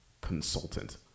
consultant